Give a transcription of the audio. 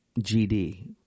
GD